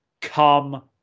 come